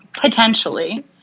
Potentially